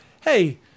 hey